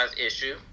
issue